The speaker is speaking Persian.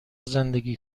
زندگی